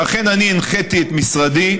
ואכן, אני הנחיתי את משרדי,